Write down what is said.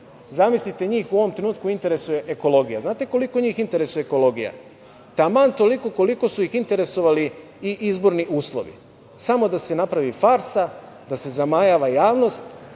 Zamislite, njih u ovoj trenutku interesuje ekologija. Znate li koliko njih interesuje ekologija? Taman toliko koliko su ih interesovali i izborni uslovi. Samo da se napravi farsa, da se zamajava javnost,